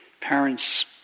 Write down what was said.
parents